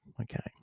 okay